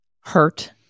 hurt